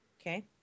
Okay